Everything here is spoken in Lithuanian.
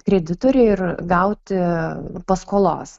kreditoriui ir gauti paskolos